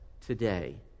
today